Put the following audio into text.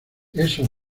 eso